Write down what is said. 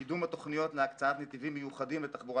קידום התוכנית להקצאת נתיבים מיוחדים לתחבורה